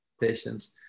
patients